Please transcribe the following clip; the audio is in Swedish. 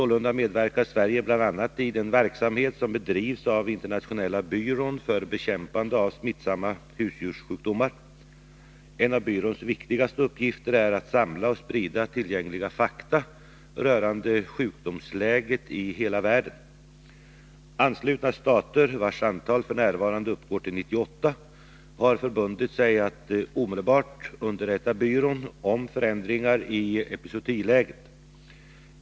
Sålunda medverkar Sverige bl.a. i den verksamhet som bedrivs av internationella byrån för bekämpande av smittsamma husdjurssjukdomar. En av byråns viktigaste uppgifter är att samla och sprida tillgängliga fakta rörande sjukdomsläget i hela världen. Anslutna stater, vilkas antal f. n. uppgår till 98, har förbundit sig att omedelbart underrätta byrån om förändringar i epizootiläget.